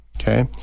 Okay